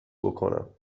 بکنم